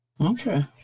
Okay